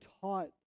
taught